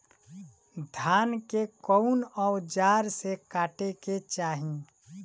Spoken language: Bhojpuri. धान के कउन औजार से काटे के चाही?